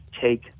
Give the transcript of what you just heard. take